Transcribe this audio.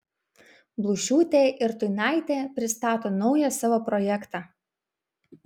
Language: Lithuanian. blūšiūtė ir tuinaitė pristato naują savo projektą